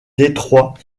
détroit